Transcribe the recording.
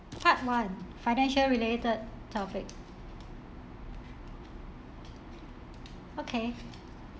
part one financial related topic okay